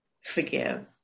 forgive